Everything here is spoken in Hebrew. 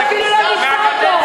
ביבי אפילו לא נמצא פה.